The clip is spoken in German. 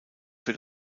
für